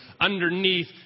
underneath